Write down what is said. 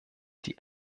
die